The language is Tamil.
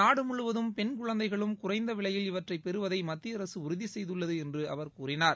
நாடு முழுவதும் பெண் குழந்தைகளும் குறைந்தவிவையில் இவற்றை பெறுவதை மத்திய அரசு உறுதிசெய்துள்ளது என்று அவர் கூறினார்